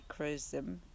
microism